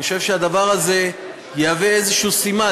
אני חושב שהדבר הזה יהווה איזשהו סימן,